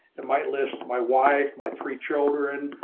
it might list. my wife, my three children.